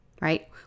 right